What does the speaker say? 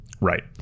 Right